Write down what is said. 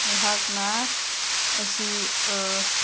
ꯑꯩꯍꯥꯛꯅ ꯑꯁꯤ